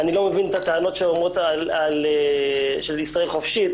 אני לא מבין את הטענות של ישראל חופשית.